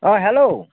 অঁ হেল্ল'